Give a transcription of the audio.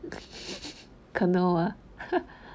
colonel ah